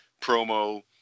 promo